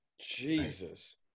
Jesus